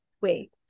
wait